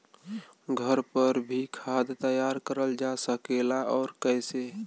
घर पर भी खाद तैयार करल जा सकेला और कैसे?